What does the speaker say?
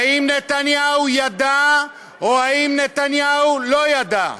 האם נתניהו ידע, או האם נתניהו לא ידע?